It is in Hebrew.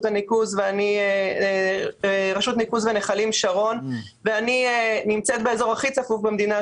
ניקוז ונחלים שרון ואני נמצאת באזור הכי צפוף במדינה,